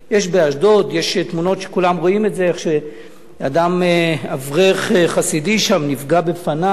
יש תמונות שכולם רואים איך אברך חסידי באשדוד נפגע בפניו.